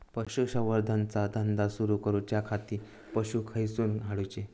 पशुसंवर्धन चा धंदा सुरू करूच्या खाती पशू खईसून हाडूचे?